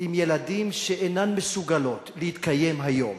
עם ילדים שאינן מסוגלות להתקיים היום,